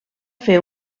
fer